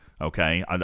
Okay